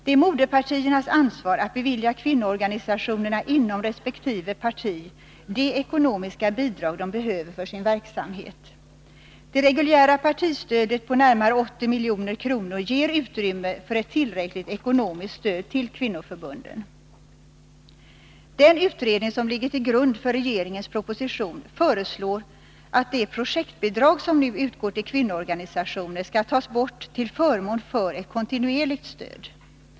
Det är moderpartiernas ansvar att bevilja kvinnoorganisationer inom resp. parti de ekonomiska bidrag de behöver för sin verksamhet. Det reguljära partistödet på närmare 80 milj.kr. ger utrymme för ett tillräckligt ekonomiskt stöd till kvinnoförbunden. Den utredning som ligger till grund för regeringens proposition föreslår att de projektbidrag som nu utgår till kvinnoorganisationer skall tas bort till förmån för ett kontinuerligt stöd.